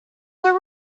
were